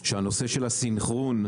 שהנושא של הסנכרון,